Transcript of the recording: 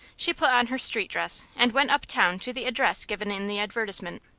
she put on her street dress and went uptown to the address given in the advertisement.